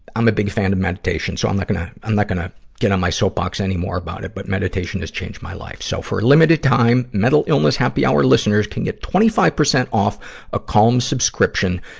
i'm a big fan of meditation, so i'm not gonna, i'm not gonna get on my soapbox anymore about it. but meditation has changed my life. so, for a limited time, mental illness happy hour listeners can get twenty five percent off a calm subscription,